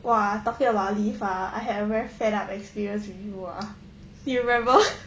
!wah! talking about leave ah I have a very fed up experience with you ah you remember